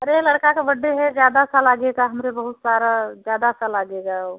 अरे लड़का का बड्डे है ज़्यादा सा लागेगा हमरे बहुत सारा ज़्यादा सा लागेगा